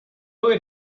would